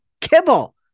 kibble